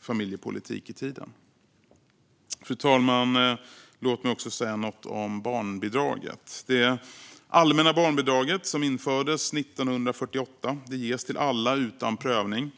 familjepolitik i tiden. Fru talman! Låt mig också säga något om barnbidraget. Det allmänna barnbidraget, som infördes 1948, ges till alla utan prövning.